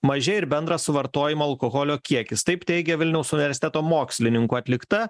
mažėja ir bendras suvartojamo alkoholio kiekis taip teigia vilniaus universiteto mokslininkų atlikta